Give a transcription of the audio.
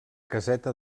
caseta